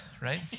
right